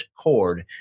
cord